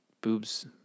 Boobs